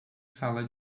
sala